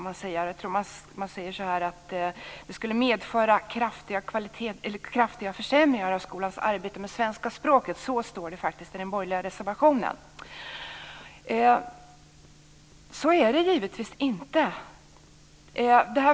Man säger att detta skulle medföra kraftiga försämringar av skolans arbete med svenska språket - så står det faktiskt i den borgerliga reservationen. Så är det givetvis inte.